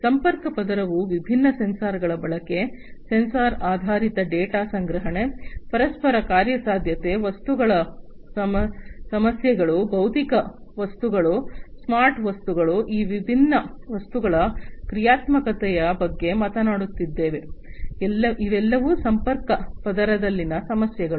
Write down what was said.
ಸಂಪರ್ಕ ಪದರವು ವಿಭಿನ್ನ ಸೆನ್ಸಾರ್ಗಳ ಬಳಕೆ ಸೆನ್ಸರ್ ಆಧಾರಿತ ಡೇಟಾ ಸಂಗ್ರಹಣೆ ಪರಸ್ಪರ ಕಾರ್ಯಸಾಧ್ಯತೆ ವಸ್ತುಗಳ ಸಮಸ್ಯೆಗಳು ಭೌತಿಕ ವಸ್ತುಗಳು ಸ್ಮಾರ್ಟ್ ವಸ್ತುಗಳು ಈ ವಿಭಿನ್ನ ವಸ್ತುಗಳ ಕ್ರಿಯಾತ್ಮಕತೆಯ ಬಗ್ಗೆ ಮಾತನಾಡುತ್ತಿದೆ ಇವೆಲ್ಲವೂ ಸಂಪರ್ಕ ಪದರದಲ್ಲಿನ ಸಮಸ್ಯೆಗಳು